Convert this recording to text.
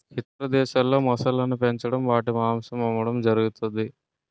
ఇతర దేశాల్లో మొసళ్ళను పెంచడం వాటి మాంసం అమ్మడం జరుగుతది